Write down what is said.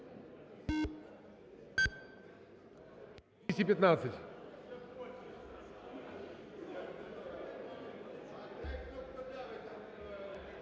Дякую